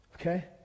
okay